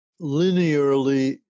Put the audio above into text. linearly